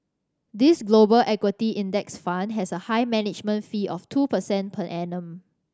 this Global Equity Index Fund has a high management fee of two percent per annum